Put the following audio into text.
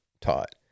taught